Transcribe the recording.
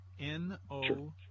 N-O